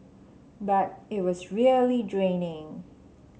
but it was really draining